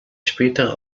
spätere